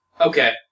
Okay